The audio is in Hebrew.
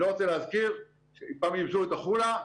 אני לא רוצה להזכיר שפעם ייבשו את החולה,